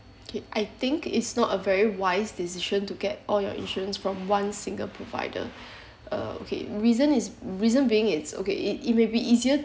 okay I think it's not a very wise decision to get all your insurance from one single provider uh okay reason is reason being it's okay it it may be easier